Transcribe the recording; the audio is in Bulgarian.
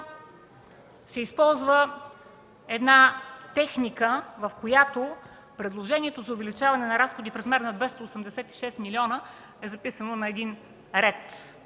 се използва техника, в която предложението за увеличаване на разходите в размер на 286 млн. лв. е записано на един ред